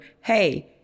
hey